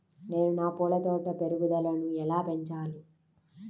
నేను నా పూల తోట పెరుగుదలను ఎలా పెంచాలి?